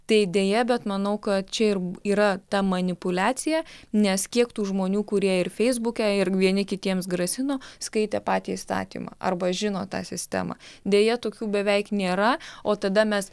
tai deja bet manau kad čia ir yra ta manipuliacija nes kiek tų žmonių kurie ir feisbuke ir vieni kitiems grasino skaitė patį įstatymą arba žino tą sistemą deja tokių beveik nėra o tada mes